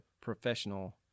professional